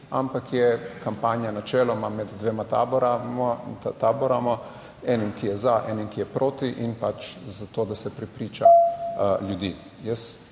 ampak je kampanja načeloma med dvema taboroma enim, ki je za, enim, ki je proti in pač za to, da se prepriča, ljudi. jaz